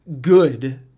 good